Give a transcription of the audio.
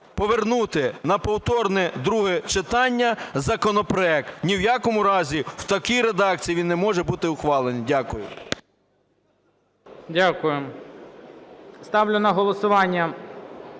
повернути на повторне друге читання законопроект, ні в якому разі в такій редакції він не може бути ухвалений. Дякую. ГОЛОВУЮЧИЙ. Дякую. Ставлю на голосування